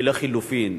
לחלופין,